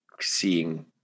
seeing